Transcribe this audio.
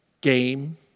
Game